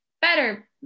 better